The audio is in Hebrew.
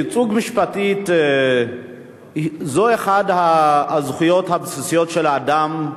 ייצוג משפטי הוא אחת הזכויות הבסיסיות של האדם,